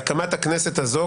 בהקמת הכנסת הזו,